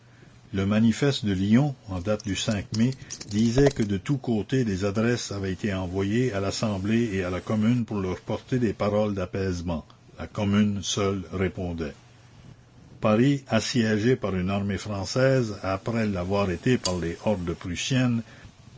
le manifeste de lyon en date du mai disait que de tous côtés des adresses avaient été envoyées à l'assemblée et à la commune pour leur porter des paroles d'apaisement la commune seule répondait la commune paris assiégé par une armée française après l'avoir été par les hordes